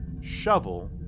Shovel